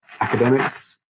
academics